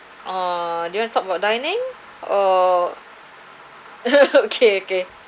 or do you want to talk about dining or okay okay